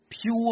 pure